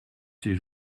ces